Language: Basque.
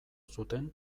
zuten